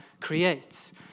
creates